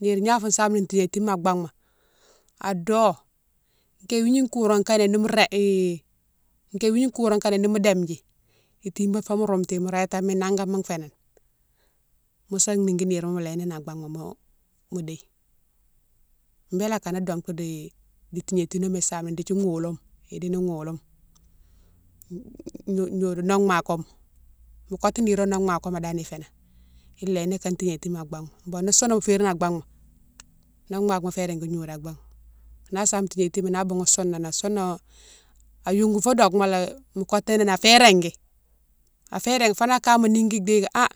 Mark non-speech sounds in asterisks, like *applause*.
nire gnawouma fou same ni tignétine ma an baghma ado ké wigni kouran kanéne nimo régui hi ké wigni koura kanéne nimo démdji itibate fomo roumtighi mo rétami nakama féni mo sa niki nirema mo léni nan an baghma mo mo déye bélé akane dongtou di tignatignoma isame, dékdi gholoma idéni gholole, gnodiou *hesitation* noguema koma mo kotou nirone nogue makoma dane ifénan, iléni ka tignétima an baghma. Bon ni souna mo férine an baghma nogue makoma fé régui gnodiou an baghma, na same tignétima na boughoune soune nan souna a yongou fo doguema lé mo kotini afé régui, afé régui foni akama nigui diké ha.